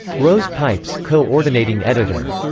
rose pipes co-ordinating editor.